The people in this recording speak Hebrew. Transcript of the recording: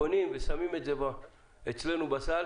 קונים ושמים את זה אצלנו בסל